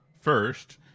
first